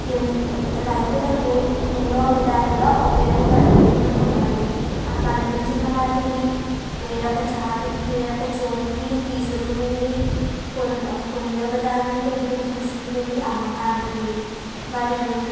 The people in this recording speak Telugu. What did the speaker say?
ఎన్నో రైతులకు ఎన్నో విధాలుగా ఉపయోగపడుతూనే ఉన్నాయి ఆ పండించిన వాటిని వేరొక చాటి వేరొక చోటికి తీసుకువెళ్ళి కొను కొనియోగదారుని దగ్గరకు తీసుకువెళ్ళి అమ్మకానికి మరియు